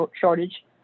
shortage